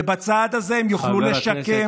ובצעד הזה הם יוכלו לשקם,